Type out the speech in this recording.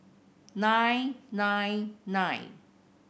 nine nine nine